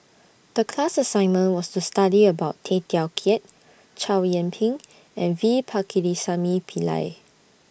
The class assignment was to study about Tay Teow Kiat Chow Yian Ping and V Pakirisamy Pillai